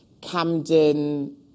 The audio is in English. Camden